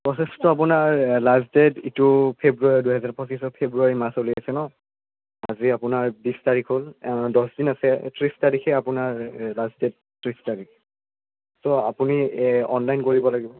প্ৰচেছটো আপোনাৰ last date ইটো ফেব্ৰুৱাৰী দুহেজাৰ পঁচিছত ফেব্ৰুৱাৰী মাৰ্চলৈ আছে ন আজি আপোনাৰ বিছ তাৰিখ হ'ল দছদিন আছে ত্ৰিছ তাৰিখে আপোনাৰ লাষ্ট ডেট ত্ৰিছ তাৰিখ চ' আপুনি অনলাইন কৰিব লাগিব